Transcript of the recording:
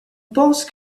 pense